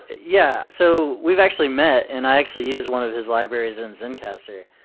yeah. so we've actually met and i actually used one of his libraries in zencastr.